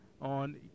on